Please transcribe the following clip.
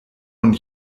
und